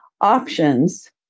options